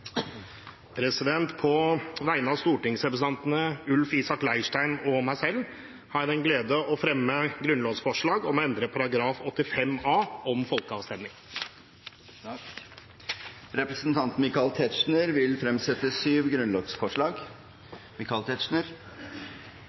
På vegne av representanten Ulf Leirstein og meg selv har jeg den glede å fremme grunnlovsforslag om ny § 85 a, om folkeavstemning. Representanten Michael Tetzschner vil fremsette syv grunnlovsforslag.